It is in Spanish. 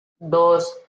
dos